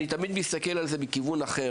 אני תמיד מסתכל על זה מכיוון אחר